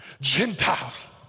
Gentiles